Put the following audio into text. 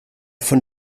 von